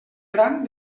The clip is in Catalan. gran